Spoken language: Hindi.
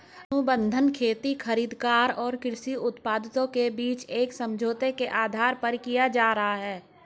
अनुबंध खेती खरीदार और कृषि उत्पादकों के बीच एक समझौते के आधार पर किया जा रहा है